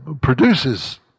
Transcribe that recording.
produces